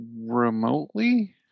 remotely